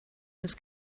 this